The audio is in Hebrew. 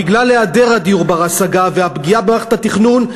בגלל היעדר הדיור בר-השגה והפגיעה במערכת התכנון,